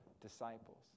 disciples